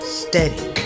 steady